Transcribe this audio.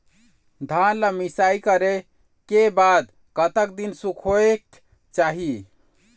धान ला मिसाई करे के बाद कतक दिन सुखायेक चाही?